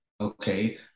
okay